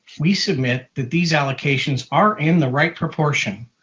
we submit that these allocations are in the right proportion,